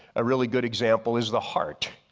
a really good example is the heart.